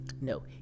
No